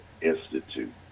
Institute